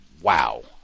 wow